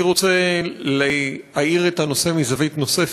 אני רוצה להאיר את הנושא מזווית נוספת,